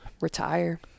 retire